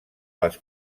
les